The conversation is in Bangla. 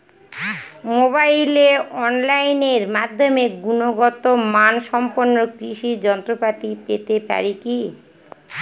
মোবাইলে অনলাইনের মাধ্যমে গুণগত মানসম্পন্ন কৃষি যন্ত্রপাতি পেতে পারি কি?